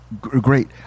great